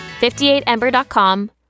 58ember.com